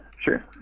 sure